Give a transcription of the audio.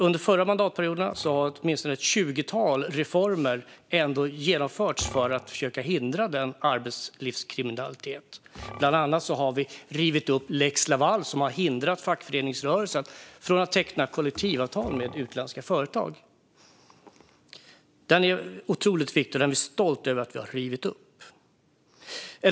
Under förra mandatperioden har åtminstone ett tjugotal reformer genomförts i försök att förhindra arbetslivskriminalitet. Bland annat har lex Laval rivits upp, som har hindrat fackföreningsrörelsen från att teckna kollektivavtal med utländska företag. Detta är otroligt viktigt, och vi är stolta över att ha rivit upp den.